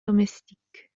domestique